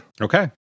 Okay